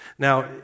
Now